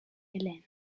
hélène